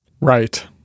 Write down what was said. Right